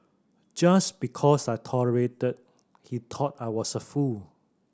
just because I tolerated he thought I was a fool